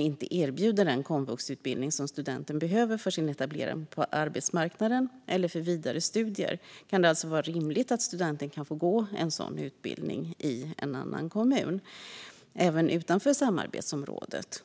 inte erbjuder den komvuxutbildning som studenten behöver för sin etablering på arbetsmarknaden eller för vidare studier kan det alltså vara rimligt att studenten kan få gå en sådan utbildning i en annan kommun, även utanför samarbetsområdet.